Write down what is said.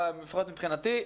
לפחות מבחינתי,